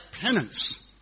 penance